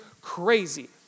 crazy